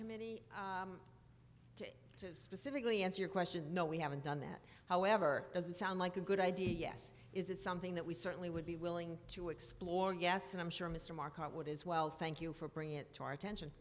committee to specifically answer your question no we haven't done that however does it sound like a good idea yes is it something that we certainly would be willing to explore yes and i'm sure mr market would as well thank you for bringing it to our attention